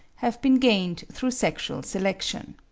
have been gained through sexual selection.